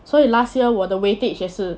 所以 last year while the weightage 也是